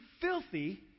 filthy